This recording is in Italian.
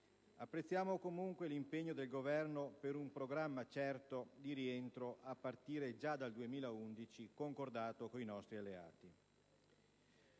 Apprezziamo comunque l'impegno del Governo per un programma certo di rientro a partire già dal 2011 concordato con i nostri alleati.